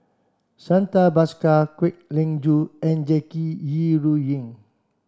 Santha Bhaskar Kwek Leng Joo and Jackie Yi Ru Ying